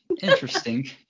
interesting